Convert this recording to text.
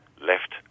left